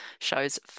shows